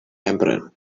emperor